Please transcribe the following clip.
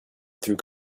through